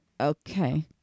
okay